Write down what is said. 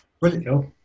Brilliant